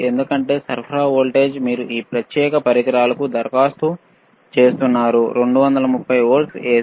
ఎందుకంటే సరఫరా వోల్టేజ్ మీరు ఈ ప్రత్యేక పరికరాలకు దరఖాస్తు చేస్తున్నారు 230 వోల్ట్ల ఎసి